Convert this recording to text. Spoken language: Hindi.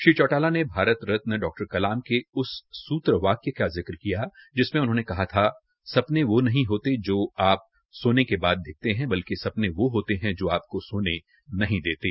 श्री चौटाला ने भारत रतन डॉ कलाम के उस सूत्र वाक्य का जिक किया जिसमें उन्होंने कहा था सपने तो नहीं होते जो आप सोने के बाद देखते है बल्कि सपने वो होते है जो आपको सोने नहीं देतें